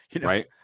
right